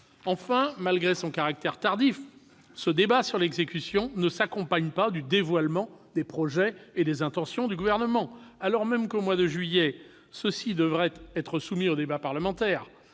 Enfin, malgré son caractère tardif, ce débat sur l'exécution ne s'accompagne pas du dévoilement des projets et des intentions du Gouvernement, alors même que ceux-ci devraient être soumis au débat parlementaire